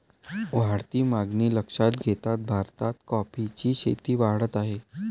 वाढती मागणी लक्षात घेता भारतात कॉफीची शेती वाढत आहे